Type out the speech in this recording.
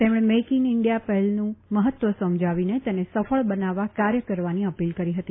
તેમણે make in India પહેલનું મહત્વ સમજાવીને તેને સફળ બનાવવા કાર્ય કરવાની અપીલ કરી હતી